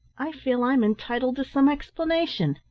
i feel i'm entitled to some explanation,